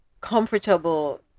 comfortable